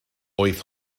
oedd